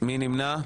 מי נמנע?